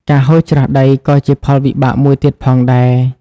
ការហូរច្រោះដី ក៏ជាផលវិបាកមួយទៀតផងដែរ។